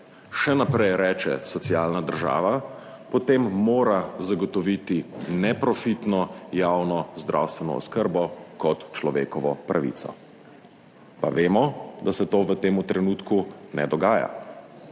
še naprej reče socialna država, potem mora zagotoviti neprofitno javno zdravstveno oskrbo kot človekovo pravico, pa vemo, da se to v tem trenutku ne dogaja.